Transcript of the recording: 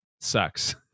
sucks